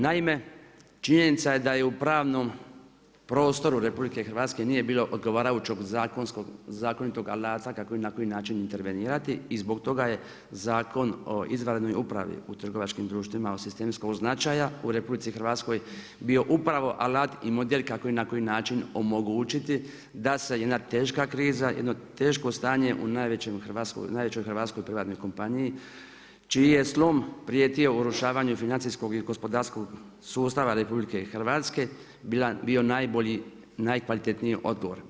Naime, činjenica je da je u pravnom prostoru RH nije bilo odgovarajućeg zakonitog alata, kako i na koji način intervenirati i zbog toga je Zakon o izvanrednoj upravi u trgovačkim društvima od sistemskog značaja u RH, bio upravo alat i model kako i na koji način omogućiti da se jedna teška kriza, jedno teško stanje u najvećoj hrvatskoj privatnoj kompaniji, čiji je slom prijetio urušavanju financijskog i gospodarskog sustava RH, bio najbolji, najkvalitetniji odgovor.